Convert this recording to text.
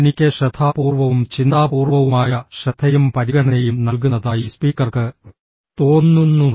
തനിക്ക് ശ്രദ്ധാപൂർവ്വവും ചിന്താപൂർവ്വവുമായ ശ്രദ്ധയും പരിഗണനയും നൽകുന്നതായി സ്പീക്കർക്ക് തോന്നുന്നു